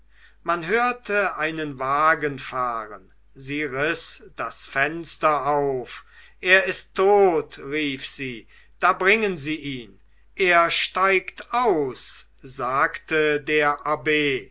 man hörte einen wagen fahren sie riß das fenster auf er ist tot rief sie da bringen sie ihn er steigt aus sagte der abb